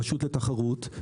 רשות התחרות,